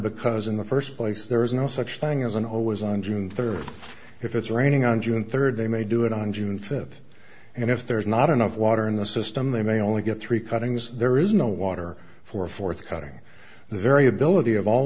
because in the first place there is no such thing as an always on june third if it's raining on june third they may do it on june fifth and if there's not enough water in the system they may only get three cuttings there is no water for fourth cutting the variability of all